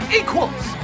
equals